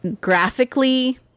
graphically